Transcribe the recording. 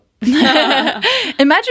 Imagine